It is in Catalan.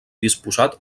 disposat